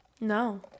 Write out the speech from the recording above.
no